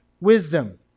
wisdom